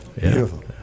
Beautiful